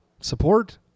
support